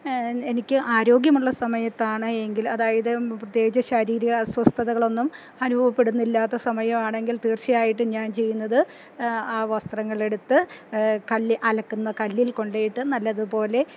എനിക്ക് ആരോഗ്യമുള്ള സമയത്താണ് എങ്കിൽ അതായത് പ്രത്യേകിച്ച് ശാരീരിക അസ്വസ്ഥതകളൊന്നും അനുഭവപ്പെടുന്നില്ലാത്ത സമയം ആണെങ്കിൽ തീർച്ചയായിട്ടും ഞാൻ ചെയ്യുന്നത് ആ വസ്ത്രങ്ങളെടുത്ത് കല്ല് അലക്കുന്ന കല്ലിൽ കൊണ്ടുപോയിട്ട് നല്ലതുപോലെ